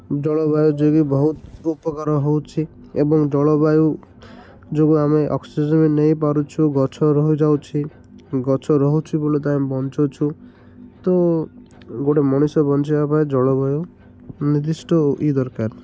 ଜଳବାୟୁ ଯୋଗୁଁ ବହୁତ ଉପକାର ହେଉଛି ଏବଂ ଜଳବାୟୁ ଯୋଗୁଁ ଆମେ ଅକ୍ସିଜେନ୍ ନେଇପାରୁଛୁ ଗଛ ରହିଯାଉଛି ଗଛ ରହୁଛି ବୋଲି ତ ଆମେ ବଞ୍ଚୁଛୁ ତ ଗୋଟେ ମଣିଷ ବଞ୍ଚିବା ପାଇଁ ଜଳବାୟୁ ନିର୍ଦ୍ଦିଷ୍ଟ ଇଏ ଦରକାର